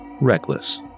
Reckless